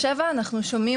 שכבר אנחנו יודעים,